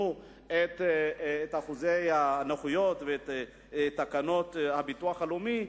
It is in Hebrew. את אחוזי הנכות ואת תקנות הביטוח הלאומי,